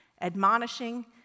admonishing